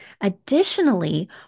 Additionally